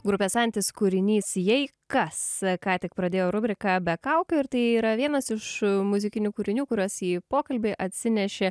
grupės antis kūrinys jei kas ką tik pradėjo rubriką be kaukių ir tai yra vienas iš muzikinių kūrinių kuriuos į pokalbį atsinešė